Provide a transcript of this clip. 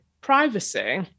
privacy